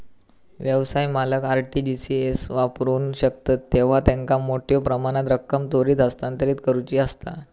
व्यवसाय मालक RTGS वापरू शकतत जेव्हा त्यांका मोठ्यो प्रमाणात रक्कम त्वरित हस्तांतरित करुची असता